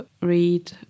read